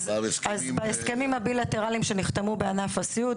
בהסכמים הבילטרליים שנחתמו בענף הסיעוד,